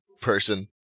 person